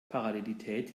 parallelität